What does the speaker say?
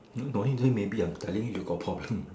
maybe I'm telling you you got problem